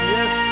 Yes